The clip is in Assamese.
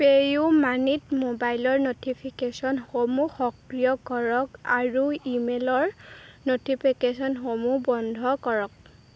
পে' ইউ মানিত মোবাইলৰ ন'টিফিকেশ্যনসমূহ সক্ৰিয় কৰক আৰু ইমেইলৰ ন'টিফিকেশ্যনসমূহ বন্ধ কৰক